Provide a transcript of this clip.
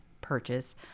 purchase